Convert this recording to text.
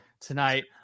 tonight